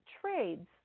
trades